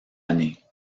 année